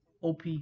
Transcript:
OP